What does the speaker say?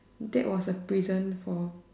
that was a prison for